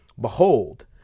behold